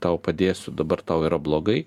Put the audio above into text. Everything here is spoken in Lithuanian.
tau padėsiu dabar tau yra blogai